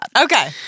Okay